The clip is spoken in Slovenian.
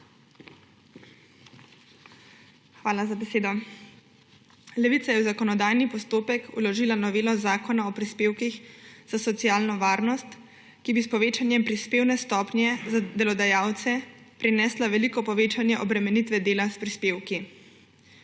Hvala za besedo. Levica je v zakonodajni postopek vložila novelo Zakona o prispevkih za socialno varnost, ki bi s povečanjem prispevne stopnje za delodajalce prinesla veliko povečanje obremenitve dela s prispevki.